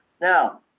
Now